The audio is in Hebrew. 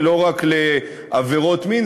ולא רק לעבירות מין,